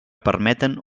permeten